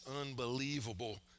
unbelievable